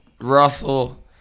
Russell